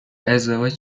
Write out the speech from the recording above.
ازدواج